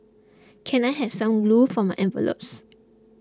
can I have some glue for my envelopes